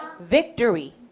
Victory